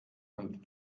und